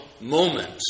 moment